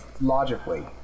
Logically